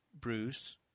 Bruce